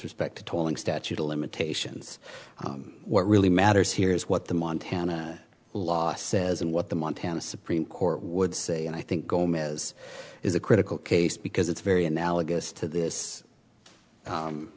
respect to tolling statute of limitations what really matters here is what the montana law says and what the montana supreme court would say and i think gomez is a critical case because it's very analogous to this